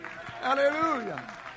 Hallelujah